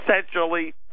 essentially